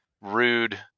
rude